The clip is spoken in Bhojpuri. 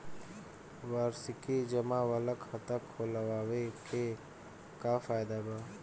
वार्षिकी जमा वाला खाता खोलवावे के का फायदा बा?